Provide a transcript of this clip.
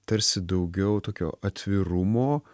tarsi daugiau tokio atvirumo